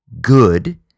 good